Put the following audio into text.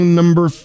number